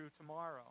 tomorrow